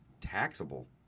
taxable